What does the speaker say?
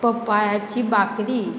पपायाची बाकरी